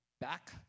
back